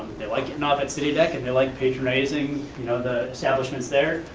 they like and off at sea deck, and they like patronizing you know the establishments there.